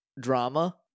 drama